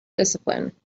discipline